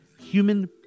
human